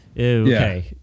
Okay